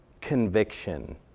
conviction